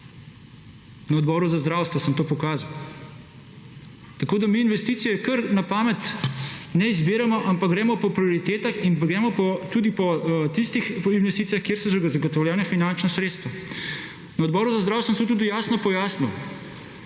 na Odboru za zdravstvo sem to pokazal. Tako da mi investicije kar na pamet ne izbiramo, ampak gremo po prioritetah in gremo tudi po tistih investicijah, kjer so zagotovljena finančna sredstva. Na Odboru za zdravstvo sem tudi jasno pojasnil,